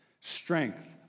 Strength